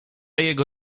jego